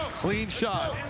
clean shot.